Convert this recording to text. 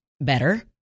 Better